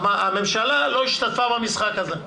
הממשלה לא השתתפה במשחק הזה,